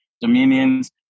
dominions